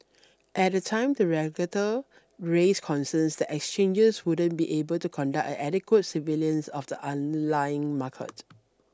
at the time the regulator raised concerns that exchanges wouldn't be able to conduct an adequate surveillance of the unlying market